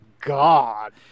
God